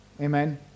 Amen